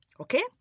okay